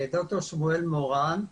אני ד"ר שמואל מורן,